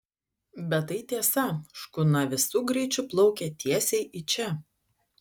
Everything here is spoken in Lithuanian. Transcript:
bet tai tiesa škuna visu greičiu plaukia tiesiai į čia